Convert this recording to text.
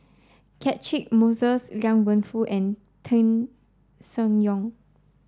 Catchick Moses Liang Wenfu and Tan Seng Yong